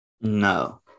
no